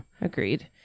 Agreed